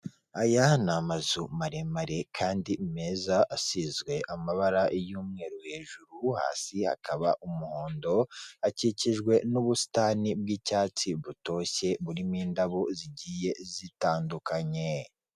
Aya ni amazu maremare kandi meza asizwe amabara y'umweru, hejuru hasi hakaba umuhondo, akikijwe n'ubusitani bw'icyatsi butoshye burimo indabo zigiye zitandukanye.